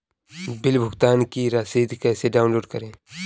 Bill भुगतान की रसीद कैसे डाउनलोड करें?